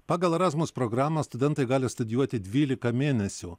pagal erasmus programą studentai gali studijuoti dvylika mėnesių